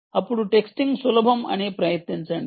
అప్పుడు టెక్స్టింగ్ సులభం దీన్ని ప్రయత్నించండి